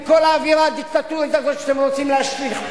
עם כל האווירה הדיקטטורית הזאת שאתם רוצים להשליך פה.